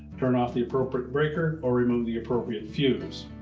turn off the appropriate breaker, or remove the appropriate fuse.